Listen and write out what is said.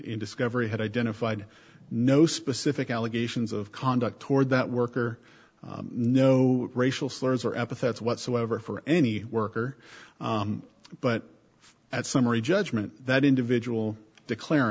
in discovery had identified no specific allegations of conduct toward that worker no racial slurs or epithets whatsoever for any worker but as summary judgment that individual declar